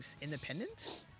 independent